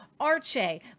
arche